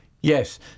Yes